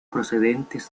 procedentes